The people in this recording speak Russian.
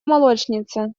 молочнице